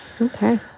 Okay